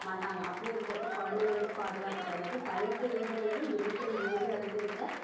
மாட்டாங்க அப்படி இருக்கிறப்ப குழந்தைங்களுக்கு பாதுகாப்பு கிடையாது பதினெட்டு ஏஜிலேருந்து இருபத்தி அஞ்சு ஏஜ் வரைக்கும் இருக்கிற